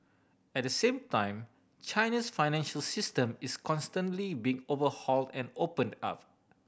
at the same time China's financial system is constantly being overhauled and opened up